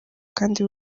kandi